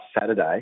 Saturday